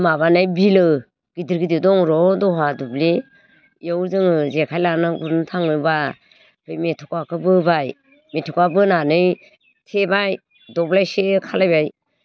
दै माबानाय बिलो गिदिर गिदिर दं र' दहा दुब्लि इयाव जोङो जेखाइ लाना गुरनो थाङोबा बे मेथ'खाखो बोबाय मेथ'खा बोनानै थेबाय दब्लायसे खालायबाय